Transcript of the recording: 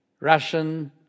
Russian